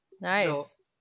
nice